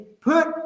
put